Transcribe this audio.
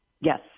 Yes